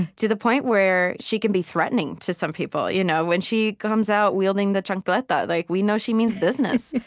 to the point where she can be threatening to some people. you know when she comes out, wielding the chancleta, like we know she means business.